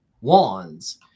wands